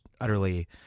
utterly